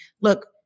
look